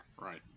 Right